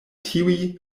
tiuj